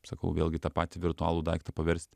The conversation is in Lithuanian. sakau vėlgi tą patį virtualų daiktą paverst